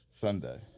Sunday